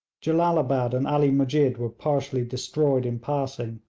jellalabad and ali musjid were partially destroyed in passing.